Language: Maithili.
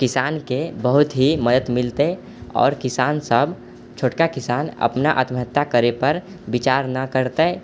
किसानके बहुत ही मदति मिलतै आओर किसान सब छोटका किसान अपना आत्महत्या करै पर विचार नहि करतै